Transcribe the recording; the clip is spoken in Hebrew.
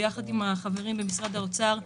ביחד עם החברים במשרד האוצר,